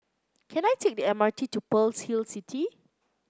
can I take the M R T to Pearl's Hill City